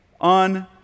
on